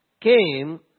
came